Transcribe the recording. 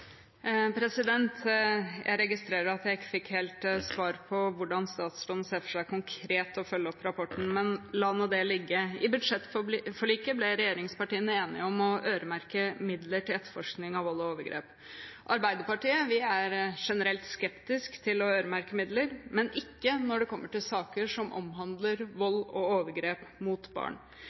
Jeg registrerer at jeg ikke helt fikk svar på hvordan statsråden ser for seg konkret å følge opp rapporten, men la nå det ligge. I budsjettforliket ble regjeringspartiene enige om å øremerke midler til etterforskning av vold og overgrep. Arbeiderpartiet er generelt skeptisk til å øremerke midler, men ikke når det kommer til saker som omhandler vold og overgrep mot barn.